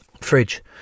fridge